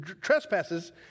trespasses